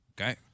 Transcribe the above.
Okay